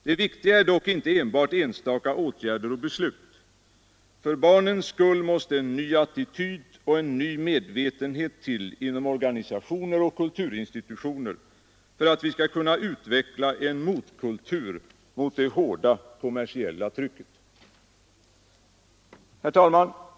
Det viktiga är dock inte enbart enstaka åtgärder och beslut. För barnens skull måste en ny attityd och en ny medvetenhet till inom organisationer och kulturinstitutioner för att vi skall kunna utveckla en motkultur mot det hårda kommersiella trycket. Herr talman!